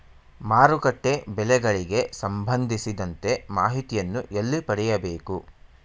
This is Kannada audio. ಮಾರುಕಟ್ಟೆ ಬೆಲೆಗಳಿಗೆ ಸಂಬಂಧಿಸಿದಂತೆ ಮಾಹಿತಿಯನ್ನು ಎಲ್ಲಿ ಪಡೆಯಬೇಕು?